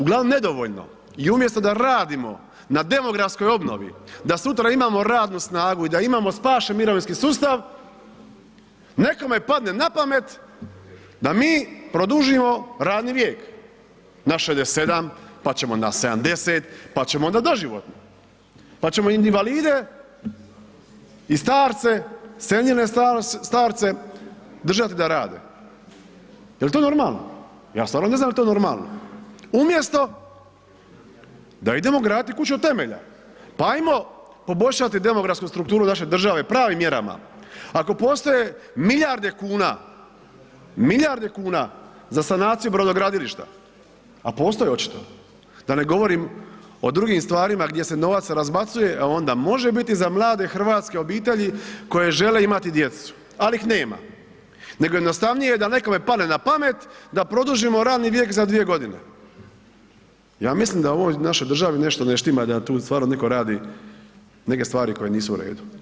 Uglavnom nedovoljno i umjesto da radimo na demografskoj obnovi da sutra imamo radnu snagu i da imamo spašen mirovinski sustav, nekome padne na pamet da mi produžimo radni vijek, na 67., pa ćemo na 70., pa ćemo onda doživotno, pa ćemo invalide i starce, senilne starce držat da rade, jel to normalno, ja stvarno ne znam jel to normalno, umjesto da idemo graditi kuću od temelja, pa ajmo poboljšati demografsku strukturu naše države pravim mjerama, ako postoje milijarde kuna, milijarde kuna za sanaciju brodogradilišta, a postoje očito, da ne govorim o drugim stvarima gdje se novac razbacuje, a onda može biti za mlade hrvatske obitelji koje žele imati djecu, al ih nema, nego je jednostavnije da nekome padne na pamet da produžimo radni vijek za 2.g., ja mislim da u ovoj našoj državi nešto ne štima, da tu stvarno netko radi neke stvari koje nisu u redu.